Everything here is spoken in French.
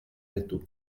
métaux